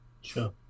Sure